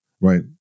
right